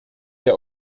der